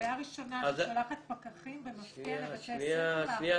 --- העירייה הראשונה ששולחת פקחים במפתיע לבתי ספר לאכוף.